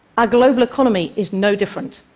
our global economy is no different.